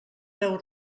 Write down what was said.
veu